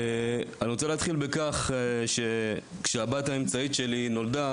אני רוצה להתחיל בכך שכשהבת האמצעית שלי נולדה